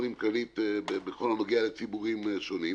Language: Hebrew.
חולים כללית בכל הנוגע לציבורים שונים.